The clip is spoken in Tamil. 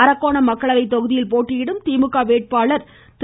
அரக்கோணம் மக்களவை தொகுதியில் போட்டியிடும் திமுக வேட்பாளர் திரு